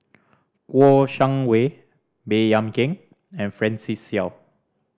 Kouo Shang Wei Baey Yam Keng and Francis Seow